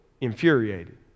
infuriated